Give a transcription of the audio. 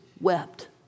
wept